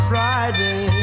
Friday